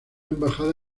embajada